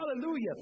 Hallelujah